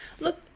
Look